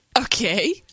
Okay